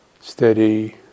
steady